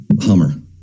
Hummer